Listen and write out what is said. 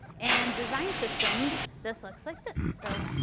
and design systemed, this looks like this. so,